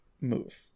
move